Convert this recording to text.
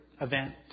event